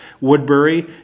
Woodbury